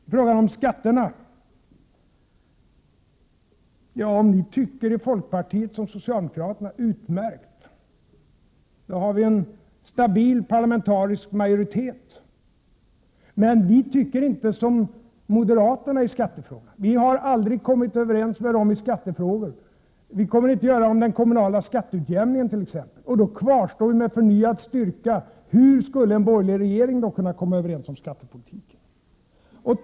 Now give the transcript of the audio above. I fråga om skatterna: Om ni i folkpartiet tycker som socialdemokraterna, är det naturligtvis utmärkt, för då har vi en stabil parlamentarisk majoritet. Men vi tycker inte som moderaterna i skattefrågan. Vi har aldrig kommit överens med dem i skattefrågor — vi kommer inte att göra det i frågan om den kommunala skatteutjämningen, t.ex. — och då kvarstår med förnyad styrka: Hur skall en borgerlig regering kunna komma överens om skattepolitiken?